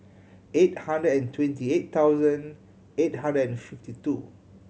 eight hundred and twenty eight thousand eight hundred and fifty two